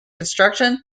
construction